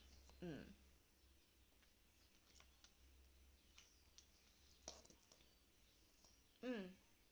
mm mm